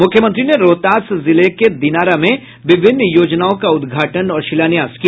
मुख्यमंत्री ने रोहतास जिले के दिनारा में विभिन्न योजनाओं का उद्घाटन और शिलान्यास किया